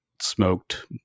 smoked